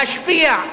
להשפיע,